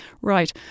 Right